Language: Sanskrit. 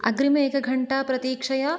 अग्रिम एकघण्टा प्रतीक्षय